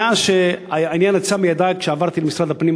מאז שהעניין יצא מידי כשעברתי למשרד הפנים,